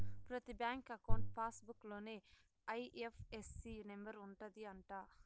ప్రతి bank account passbook లోనే IFSC number ఉంటది అంట